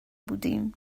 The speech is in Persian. بودیم